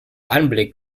anblick